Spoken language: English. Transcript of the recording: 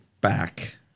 back